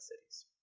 cities